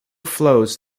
flows